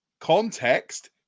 context